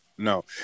No